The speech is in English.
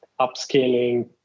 upscaling